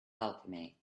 alchemy